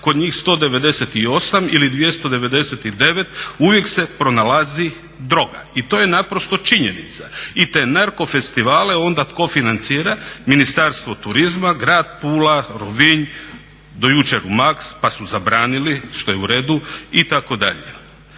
kod njih 198 ili 299 uvijek se pronalazi droga. I to je naprosto činjenica. I te narko festivale onda tko financira? Ministarstvo turizma, grad Pula, Rovinj, do jučer …/Govornik se ne razumije./… pa su zabranili, što je u redu, itd..